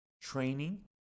training